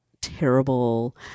terrible